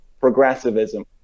progressivism